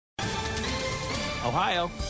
Ohio